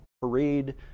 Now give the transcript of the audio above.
parade